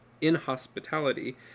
inhospitality